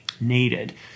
needed